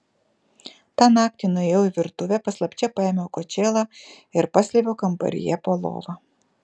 tą naktį nuėjau į virtuvę paslapčia paėmiau kočėlą ir paslėpiau kambaryje po lova